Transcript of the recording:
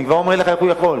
אני כבר אומר לך איך הוא יכול.